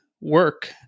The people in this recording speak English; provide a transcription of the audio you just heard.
work